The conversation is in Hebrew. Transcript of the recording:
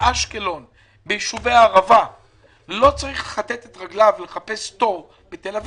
באשקלון וביישובי הערבה לא יצטרך לכתת את רגליו ולחפש תור בתל אביב,